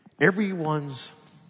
Everyone's